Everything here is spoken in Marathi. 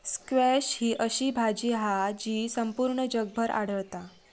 स्क्वॅश ही अशी भाजी हा जी संपूर्ण जगभर आढळता